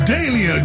Daily